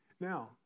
Now